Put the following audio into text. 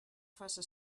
faça